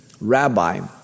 rabbi